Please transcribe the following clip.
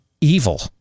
evil